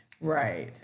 Right